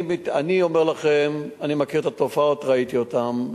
אני אומר לכם: אני מכיר את התופעות, ראיתי אותם.